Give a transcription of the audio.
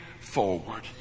forward